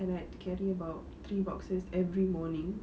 and like I carry about three boxes every morning